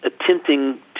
attempting